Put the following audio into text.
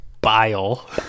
Bile